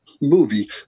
movie